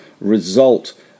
result